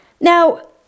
Now